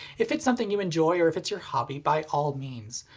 if it's something you enjoy, or if it's your hobby, by all means.